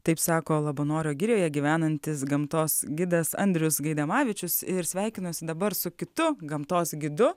taip sako labanoro girioje gyvenantis gamtos gidas andrius gaidamavičius ir sveikinuosi dabar su kitu gamtos gidu